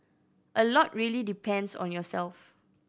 a lot really depends on yourself